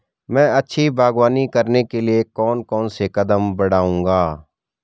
मैं अच्छी बागवानी करने के लिए कौन कौन से कदम बढ़ाऊंगा?